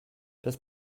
das